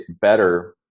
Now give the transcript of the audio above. better